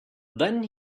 then